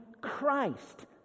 Christ